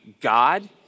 God